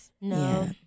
No